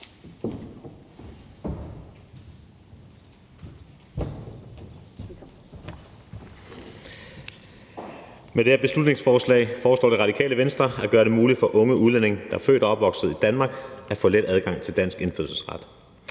Med det her beslutningsforslag foreslår Det Radikale Venstre at gøre det muligt for unge udlændinge, der er født og opvokset i Danmark, at få let adgang til dansk indfødsret.